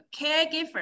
caregiver